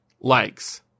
likes